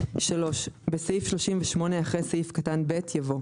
המאשר"."; (3)בסעיף 38, אחרי סעיף קטן (ב) יבוא: